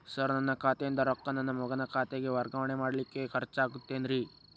Sir ನನ್ನ ಖಾತೆಯಿಂದ ರೊಕ್ಕ ನನ್ನ ಮಗನ ಖಾತೆಗೆ ವರ್ಗಾವಣೆ ಮಾಡಲಿಕ್ಕೆ ಖರ್ಚ್ ಆಗುತ್ತೇನ್ರಿ?